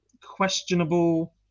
Questionable